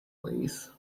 please